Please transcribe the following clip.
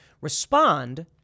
respond